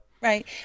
Right